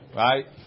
right